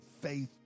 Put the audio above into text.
faith